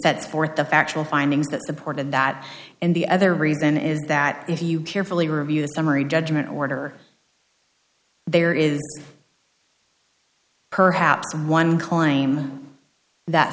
set forth the factual findings that supported that and the other reason is that if you carefully review the summary judgment order there is perhaps one claim that